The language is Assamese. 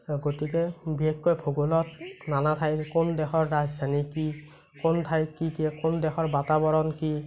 গতিকে বিশেষকৈ ভূগোলত নানা ঠাইৰ কোন দেশৰ ৰাজধানী কি কোন ঠাইত কি কোন দেশৰ বাতাৱৰণ কি